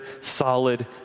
solid